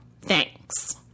Thanks